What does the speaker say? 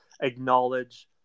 acknowledge